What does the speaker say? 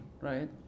Right